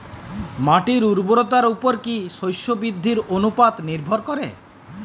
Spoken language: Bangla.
মাটির উর্বরতার উপর কী শস্য বৃদ্ধির অনুপাত নির্ভর করে?